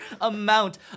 amount